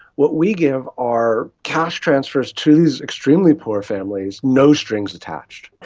what we give are cash transfers to these extremely poor families, no strings attached.